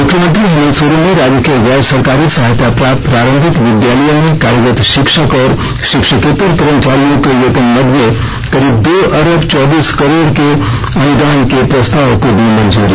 मुख्यमंत्री हेमंत सोरेन ने राज्य के गैर सरकारी सहायता प्राप्त प्रारंभिक विद्यालयों में कार्यरत शिक्षक और शिक्षकेत्तर कर्मचारियों के वेतनमद में करीब दो अरब चौबीस करोड़ के अनुदान के प्रस्ताव को दी मंजूरी